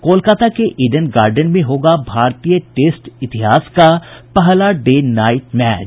कोलकाता के Eden Garden में होगा भारतीय टेस्ट इतिहास का पहला डे नाईट मैच